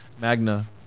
Magna